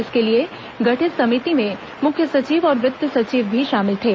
इसके लिए गठित समिति में मुख्य सचिव और वित्त सचिव भी शामिल थे